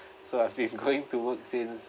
so I've been going to work since